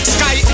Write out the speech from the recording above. Sky